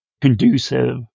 conducive